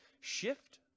shift